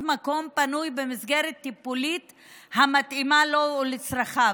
מקום פנוי במסגרת טיפולית המתאימה לו ולצרכיו.